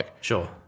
Sure